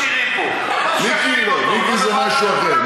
מיקי זה משהו אחר.